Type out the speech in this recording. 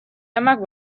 amak